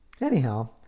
Anyhow